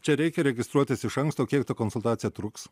čia reikia registruotis iš anksto kiek ta konsultacija truks